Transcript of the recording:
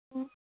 ꯑꯣ